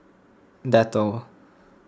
Dettol